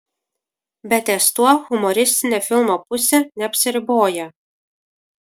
bet ties tuo humoristinė filmo pusė neapsiriboja